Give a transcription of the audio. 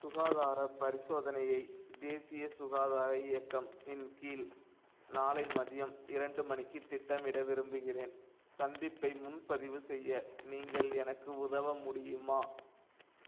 சுகாதாரப் பரிசோதனையை தேசிய சுகாதார இயக்கம் இன் கீழ் நாளை மதியம் இரண்டு மணிக்கு திட்டமிட விரும்புகின்றேன் சந்திப்பை முன்பதிவு செய்ய நீங்கள் எனக்கு உதவ முடியுமா